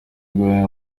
rwanyonga